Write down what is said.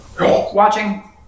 Watching